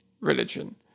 religion